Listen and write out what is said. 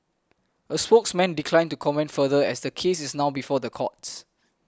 a spokesman declined to comment further as the case is now before the courts